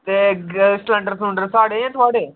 ते स्लेंडर साढ़े जां थुआढ़े